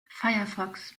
firefox